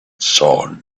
saw